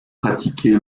pratiqué